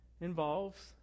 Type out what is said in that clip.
involves